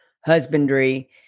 husbandry